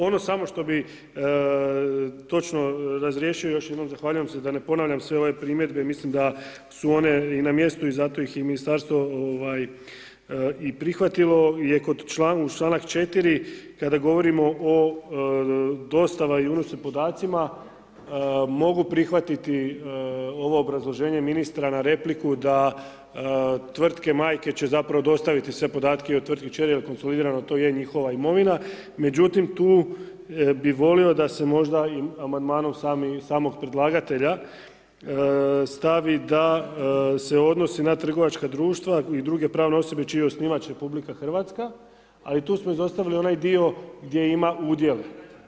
Ono samo što bi točno razriješio još jednom zahvaljujem se da ne ponavljam sve ove primjedbe mislim da su one i na mjestu i zato ih i ministarstvo ovaj i prihvatilo je kod uz članak 4. kada govorimo o dostava i unošenju podacima mogu prihvatiti ovo obrazloženje ministra na repliku da tvrtke majke će zapravo dostaviti sve podatke o tvrtki kćeri jer konstruirano to je njihova imovina, međutim tu bi volio da se možda i amandmanom samog predlagatelja stavi da se odnosi na trgovačka društva i druge pravne osobe čiji je osnivač RH, ali tu smo izostavili onaj dio gdje ima udjel.